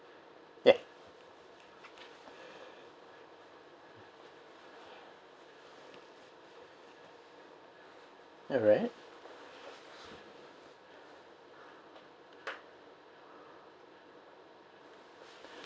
ya alright